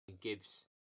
gibbs